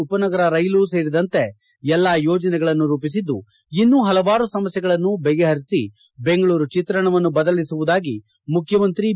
ಉಪನಗರ ರೈಲು ಸೇರಿದಂತೆ ಎಲ್ಲ ಯೋಜನೆಗಳನ್ನು ರೂಪಿಸಿದ್ದು ಇನ್ನೂ ಪಲವಾರು ಸಮಸ್ಥೆಗಳನ್ನು ಬಗೆ ಹರಿಸಿ ಬೆಂಗಳೂರು ಚಿತ್ರಣವನ್ನು ಬದಲಿಸುವುದಾಗಿ ಮುಖ್ಯಮಂತ್ರಿ ಬಿ